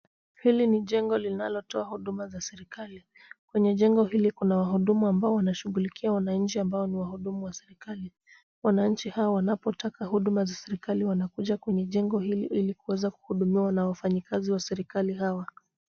Hili ni jengo linalotoa hudumu za serikali. Kwenye jengo hili kuna wahudumu ambao wanashughulikia wananchi ambao ni wahudumu wa serikali. Wananchi hawa wanapotaka hudumu za serikali wanakuja kwenye jengo hili ili kuweza kuhudumiwa na wafanyikazi wa serikali hawa.